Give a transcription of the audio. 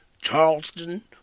Charleston